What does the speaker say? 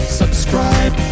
subscribe